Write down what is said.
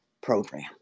program